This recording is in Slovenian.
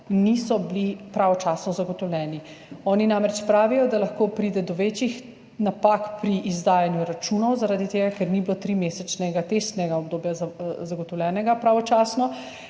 niso bili pravočasno zagotovljeni. Oni namreč pravijo, da lahko pride do večjih napak pri izdajanju računov zaradi tega, ker ni bilo pravočasno zagotovljenega trimesečnega